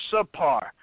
subpar